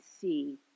see